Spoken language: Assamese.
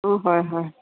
অঁ হয় হয়